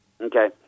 Okay